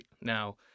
now